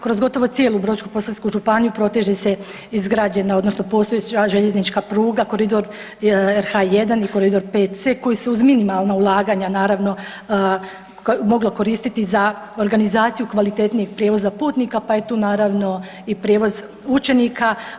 Kroz gotovo cijelu Brodsko-posavsku županiju proteže se izgrađena odnosno postojeća željeznička pruga koridor RH1 i koridor Vc koji se uz minimalna ulaganja naravno moglo koristiti za organizaciju kvalitetnijeg prijevoza putnika pa je tu naravno i prijevoz učenika.